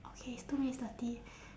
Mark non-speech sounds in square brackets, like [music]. okay it's two minutes thirty [breath]